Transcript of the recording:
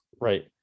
right